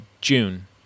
June